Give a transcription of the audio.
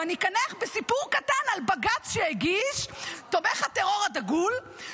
ואני אקנח בסיפור קטן על בג"ץ שהגיש תומך הטרור הדגול,